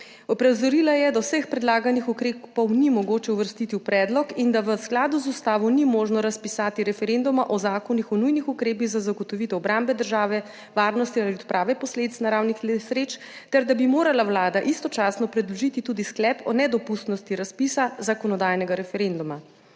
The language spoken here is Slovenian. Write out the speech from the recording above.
Opozorila je, da vseh predlaganih ukrepov ni mogoče uvrstiti v predlog in da v skladu z ustavo ni možno razpisati referenduma o zakonih o nujnih ukrepih za zagotovitev obrambe države, varnosti ali odprave posledic naravnih nesreč ter da bi morala Vlada istočasno predložiti tudi sklep o nedopustnosti razpisa zakonodajnega referenduma.